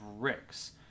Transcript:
bricks